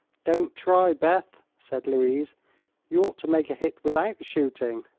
don't try, beth, said louise you ought to make a hit without shooting.